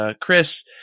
Chris